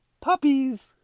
Puppies